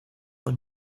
und